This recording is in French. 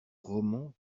roman